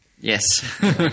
Yes